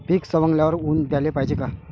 पीक सवंगल्यावर ऊन द्याले पायजे का?